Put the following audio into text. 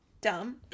Dumb